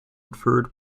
inferred